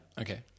Okay